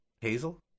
Hazel